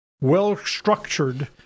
well-structured